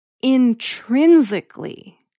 intrinsically